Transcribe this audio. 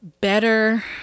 better